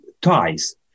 ties